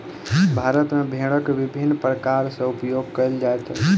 भारत मे भेड़क विभिन्न प्रकार सॅ उपयोग कयल जाइत अछि